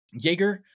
Jaeger